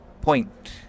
point